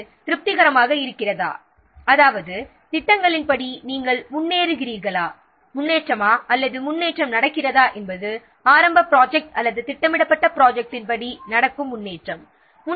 இது திருப்திகரமாக இருக்கிறதா அதாவது திட்டங்களின்படி முன்னேறுகிறோமா முன்னேற்றமா அல்லது முன்னேற்றமானது ஆரம்பத் திட்டம் அல்லது திட்டமிடப்பட்ட திட்டத்தின் படி நடக்கிறதா என்பதை ஆராய்கிறோம்